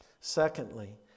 Secondly